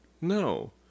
No